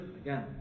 Again